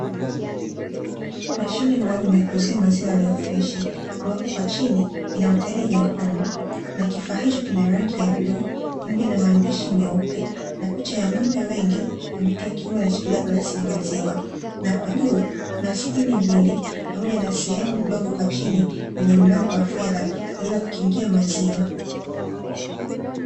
Mashine maalumu ya kuuzia maziwa yaliyo freshi, ambapo kwa chini ina matairi mekundu. Na kifaa hicho kina rangi ya bluu pamoja na maandishi meupe na picha ya ng’ombe wengi na mtoto wa kiume aliyeshikilia glasi ya maziwa. Na kwa juu kuna skrini mbili pamoja na sehemu ndogo kwa chini yenye mlango wa fedha kwa ajili ya kukingia maziwa.